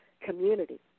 community